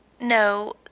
No